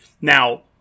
Now